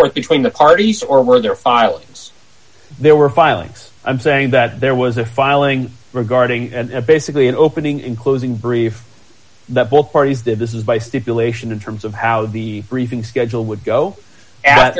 forth between the parties or were there filings there were filings i'm saying that there was a filing regarding and basically an opening in closing briefs that both parties did this is by stipulation in terms of how the briefing schedule would go at